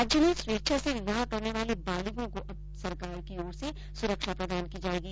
राज्य में स्वेच्छा से विवाह करने वाले बालिगों को अब सरकार की ओर से सुरक्षा प्रदान की जायेगी